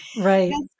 Right